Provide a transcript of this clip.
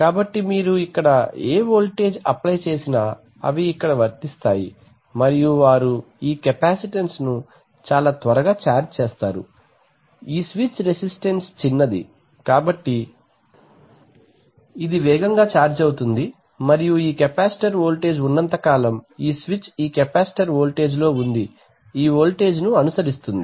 కాబట్టి మీరు ఇక్కడ ఏ వోల్టేజ్ అప్లై చేసినా అవి ఇక్కడ వర్తిస్తాయి మరియు వారు ఈ కెపాసిటెన్స్ను చాలా త్వరగా ఛార్జ్ చేస్తారు ఈ స్విచ్ రెసిస్టెన్స్ చిన్నది కాబట్టి ఇది వేగంగా ఛార్జ్ అవుతుంది మరియు ఈ కెపాసిటర్ వోల్టేజ్ ఉన్నంత కాలం ఈ స్విచ్ ఈ కెపాసిటర్ వోల్టేజ్లో ఉంది ఈ వోల్టేజ్ను అనుసరిస్తుంది